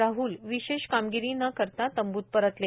राह्ल विशेष कामगिरी न करता तंबूत परतले